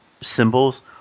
symbols